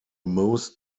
most